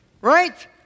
Right